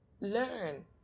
Learn